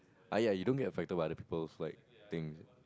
uh ya you don't get affected by other people's like thing